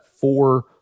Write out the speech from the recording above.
four